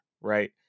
right